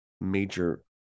major